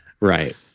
Right